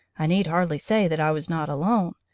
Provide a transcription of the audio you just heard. i need hardly say that i was not alone,